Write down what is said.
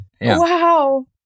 Wow